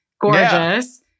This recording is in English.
gorgeous